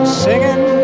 singing